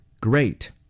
Great